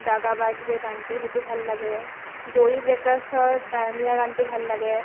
দাগাবাজ ৰে গানটো সেইটো ভাল লাগে